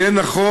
זה יהיה נכון,